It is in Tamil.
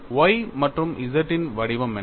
Y மற்றும் Z இன் வடிவம் என்ன